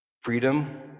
freedom